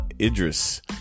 Idris